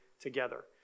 together